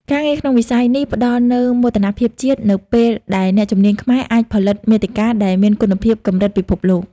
ការងារក្នុងវិស័យនេះផ្តល់នូវមោទនភាពជាតិ នៅពេលដែលអ្នកជំនាញខ្មែរអាចផលិតមាតិកាដែលមានគុណភាពកម្រិតពិភពលោក។